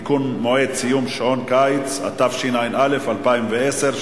התשע"א 2011,